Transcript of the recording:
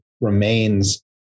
remains